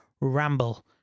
ramble